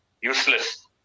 useless